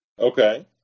Okay